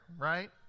right